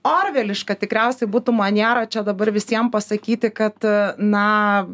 orveliška tikriausiai būtų maniera čia dabar visiem pasakyti kad na